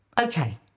Okay